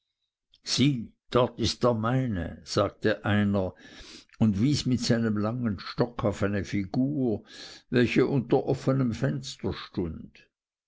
sieh dort ist der meine sagte einer und wies mit seinem langen stock auf eine figur welche unter offenem fenster stund